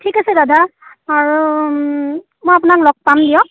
ঠিক আছে দাদা আৰু মই আপোনাক লগ পাম দিয়ক